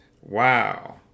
Wow